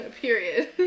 Period